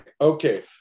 okay